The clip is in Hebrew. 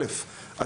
הקבוצה הראשונה,